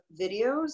videos